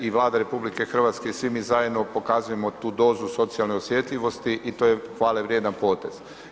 I Vlada RH i svi mi zajedno pokazujemo tu dozu socijalne osjetljivosti i to je hvale vrijedan potez.